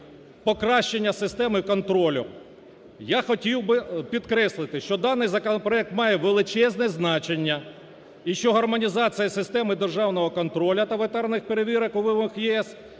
покращення системи контролю. Я хотів би підкреслити, що даний законопроект має величезне значення і що гармонізація системи державного контролю та ветеринарних перевірок у